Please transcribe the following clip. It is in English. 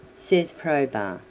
says probus,